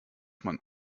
man